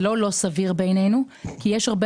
זה לא שהוא לא סביר בעינינו כי יש הרבה